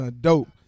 Dope